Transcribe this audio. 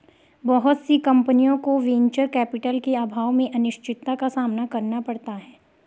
बहुत सी कम्पनियों को वेंचर कैपिटल के अभाव में अनिश्चितता का सामना करना पड़ता है